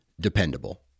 dependable